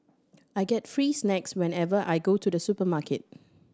I get free snacks whenever I go to the supermarket